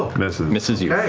misses misses you.